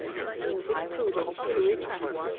and deemed it prudent to return.